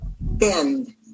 bend